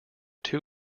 two